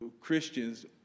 Christians